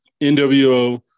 nwo